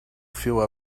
fill